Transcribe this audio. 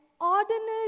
ordinary